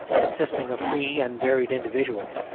consisting of free and varied individuals.